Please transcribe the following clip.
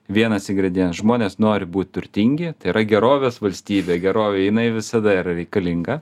vienas ingridien žmonės nori būt turtingi tai yra gerovės valstybė gerovė jinai visada yra reikalinga